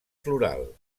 floral